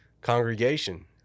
congregation